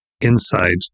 inside